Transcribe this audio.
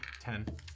Ten